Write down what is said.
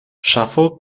ŝafo